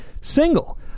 single